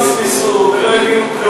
עושים צחוק מאתנו,